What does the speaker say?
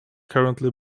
currently